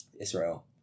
Israel